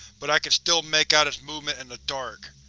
but i could still make out its movement in the dark.